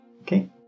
okay